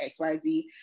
XYZ